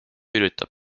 üritab